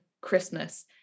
christmas